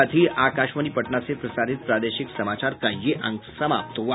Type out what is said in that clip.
इसके साथ ही आकाशवाणी पटना से प्रसारित प्रादेशिक समाचार का ये अंक समाप्त हुआ